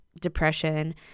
depression